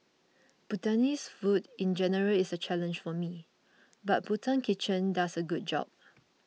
Bhutanese food in general is a challenge for me but Bhutan Kitchen does a good job